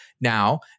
Now